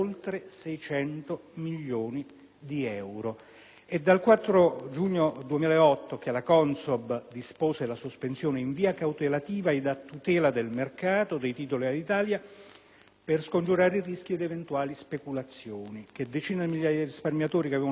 È dal 4 giugno 2008 che la Consob ha disposto la sospensione in via cautelativa e a tutela del mercato dei titoli Alitalia, per scongiurare i rischi di eventuali speculazioni. Da allora, decine di migliaia di risparmiatori che avevano in mano i titoli non solo non hanno più potuto negoziarli,